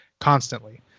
constantly